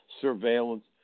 surveillance